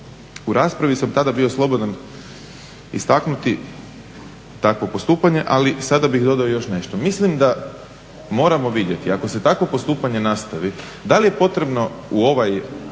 U raspravi sam tada bio slobodan istaknuti takvo postupanje ali sada bih dodao još nešto. Mislim da moramo vidjeti ako se takvo postupanje nastavi da li je potrebno u ovaj